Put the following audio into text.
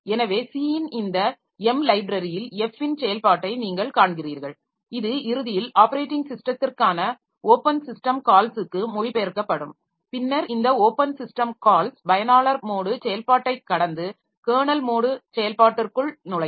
எனவே c இன் இந்த m லைப்ரரியில் f இன் செயல்பாட்டை நீங்கள் காண்கிறீர்கள் இது இறுதியில் ஆப்பரேட்டிங் ஸிஸ்டத்திற்க்கான ஓப்பன் சிஸ்டம் கால்ஸ்க்கு மொழிபெயர்க்கப்படும் பின்னர் இந்த ஓப்பன் சிஸ்டம் கால்ஸ் பயனாளர் மோடு செயல்பாட்டை கடந்து கெர்னல் மோடு செயல்பாட்டிற்குள் நுழையும்